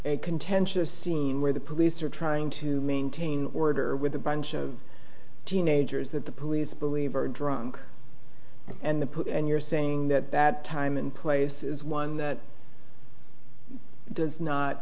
a contentious scene where the police are trying to maintain order with a bunch of teenagers that the police believe are drunk and the and you're saying that that time and place is one that does not